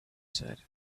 said